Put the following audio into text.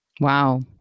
Wow